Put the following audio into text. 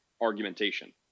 argumentation